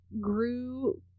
grew